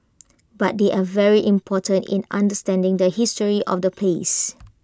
but they are very important in understanding the history of the place